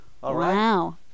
Wow